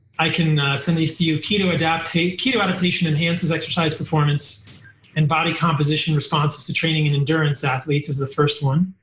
i can send these to you. keto-adaptation keto-adaptation enhances exercise performance and body composition responses to training and endurance athletes is the first one.